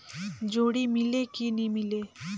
जोणी मीले कि नी मिले?